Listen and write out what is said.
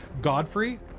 Godfrey